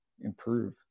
improve